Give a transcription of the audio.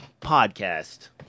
Podcast